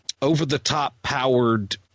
over-the-top-powered